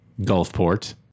Gulfport